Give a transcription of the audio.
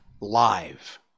live